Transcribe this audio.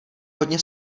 hodně